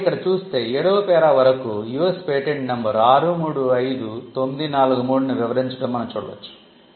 కాబట్టి ఇక్కడ చూస్తే 7 వ పేరా వరకు US పేటెంట్ నంబర్ 635943 ను వివరించడం మనం చూడవచ్చు